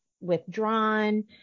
withdrawn